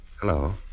Hello